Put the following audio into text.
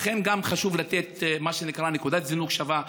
לכן, חשוב לתת נקודת זינוק שווה.